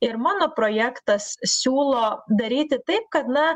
ir mano projektas siūlo daryti taip kad na